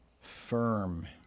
firm